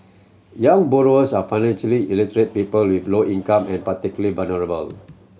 young borrowers and financially illiterate people with low income and particularly vulnerable